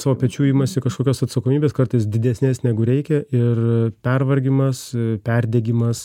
savo pečių imasi kažkokios atsakomybės kartais didesnės negu reikia ir pervargimas perdegimas